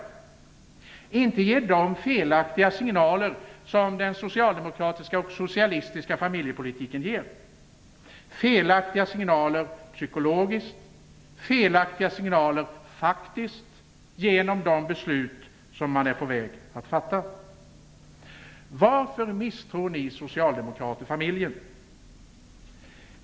Vi skall inte ge de felaktiga signaler som den socialdemokratiska och socialistiska familjepolitiken ger. Den ger felaktiga signaler psykologiskt. Den ger felaktiga signaler faktiskt, genom de beslut man är på väg att fatta. Varför misstror ni socialdemokrater familjen?